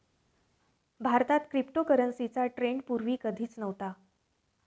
भारतात क्रिप्टोकरन्सीचा ट्रेंड पूर्वी कधीच नव्हता